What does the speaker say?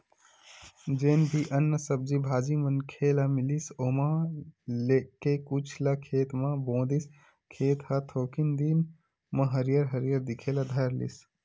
जेन भी अन्न, सब्जी भाजी मनखे ल मिलिस ओमा के कुछ ल खेत म बो दिस, खेत ह थोकिन दिन म हरियर हरियर दिखे ल धर लिस